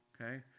okay